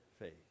faith